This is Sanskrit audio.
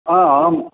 अहं